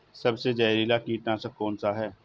सबसे जहरीला कीटनाशक कौन सा है?